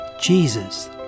Jesus